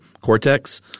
cortex